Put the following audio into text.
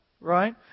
right